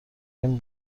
این